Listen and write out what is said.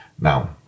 Now